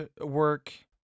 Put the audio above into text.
work